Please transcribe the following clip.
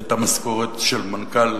את המשכורת של מנכ"ל